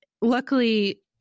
luckily